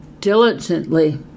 diligently